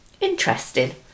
Interesting